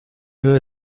mieux